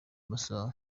masaha